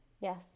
Yes